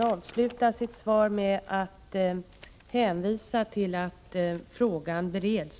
avslutar sitt svar med att hänvisa till att frågan är under beredning.